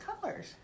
colors